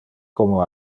como